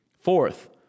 Fourth